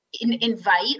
invite